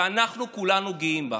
ואנחנו כולנו גאים בך.